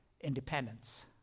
independence